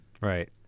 Right